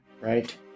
right